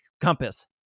Compass